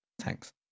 thanks